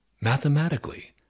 Mathematically